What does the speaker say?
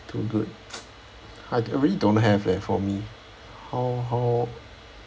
too good I really don't have leh for me how how